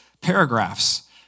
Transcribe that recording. paragraphs